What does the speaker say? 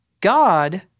God